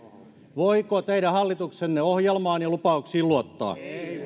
voiko teidän hallituksenne ohjelmaan ja lupauksiin luottaa